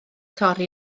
torri